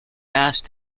asked